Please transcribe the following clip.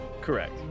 Correct